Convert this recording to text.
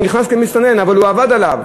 הוא נכנס כמסתנן אבל הוא עבד עליו,